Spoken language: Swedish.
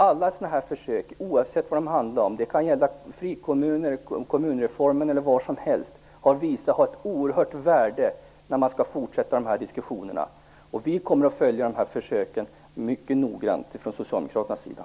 Alla sådana här försök, oavsett vad de handlar om - frikommuner, kommunreformen eller vad som helst - har visat sig ha ett oerhört värde inför de fortsatta diskussionerna. Socialdemokraterna kommer att följa dessa försök mycket noggrant.